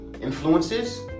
influences